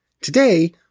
today